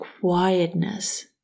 quietness